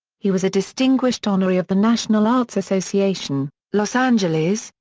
he was a distinguished honoree of the national arts association, los angeles,